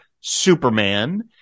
Superman